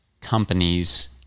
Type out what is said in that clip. companies